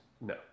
No